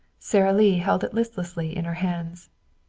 sara lee held it listlessly in her hands.